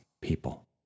people